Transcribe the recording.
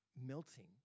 melting